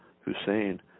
Hussein